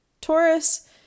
Taurus